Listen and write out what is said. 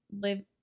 live